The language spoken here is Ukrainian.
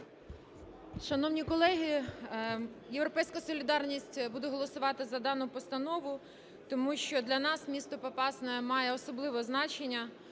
Шановні колеги, "Європейська солідарність" буде голосувати за дану постанову, тому що для нас місто Попасна має особливе значення,